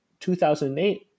2008